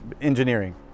engineering